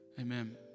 Amen